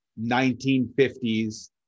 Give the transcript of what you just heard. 1950s